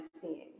seeing